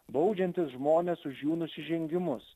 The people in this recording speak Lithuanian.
baudžiantis žmones už jų nusižengimus